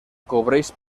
cobreix